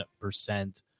percent